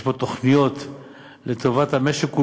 יש בו תוכניות לטובת המשק כולו,